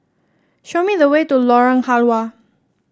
show me the way to Lorong Halwa